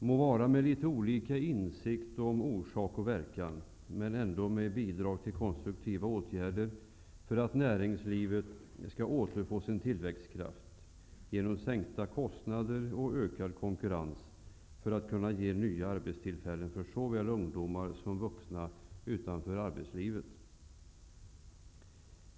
Det må ske med litet olika insikt om orsak och verkan men ändå med bidrag till konstruktiva åtgärder för att näringslivet skall återfå sin tillväxtkraft genom sänkta kostnader och ökad konkurrens och kunna ge nya arbetstillfällen till såväl ungdomar som vuxna som står utanför arbetslivet.